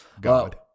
God